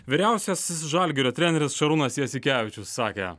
vyriausias žalgirio treneris šarūnas jasikevičius sakė